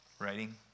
writing